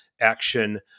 action